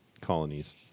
colonies